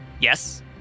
Yes